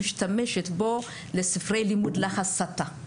משתמשת בו לספרי לימוד להסתה.